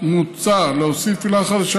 מוצע להוסיף עילה חדשה,